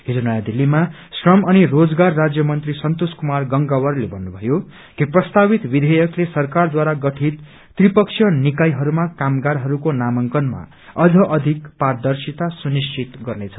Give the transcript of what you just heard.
हिज नयाँ दिल्लीमा श्रम अनि रोजगार राज्य मंत्री संतोष कुमार गंगवारले भन्नुभयो कि प्रस्तावित विधेयकले सरकारद्वारा गठित त्रिपक्षीय निकायहरूमा कामगारहरूको नामांकनमा अझ अधिक पारदर्शिता सुनिश्चित गर्नेछ